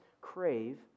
crave